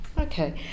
Okay